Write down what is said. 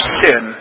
sin